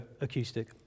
acoustic